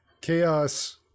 Chaos